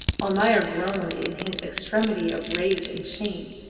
almayer groaned in his extremity of rage and shame.